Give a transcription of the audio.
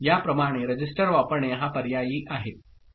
या प्रमाणे रजिस्टर वापरणे हा पर्यायी आहे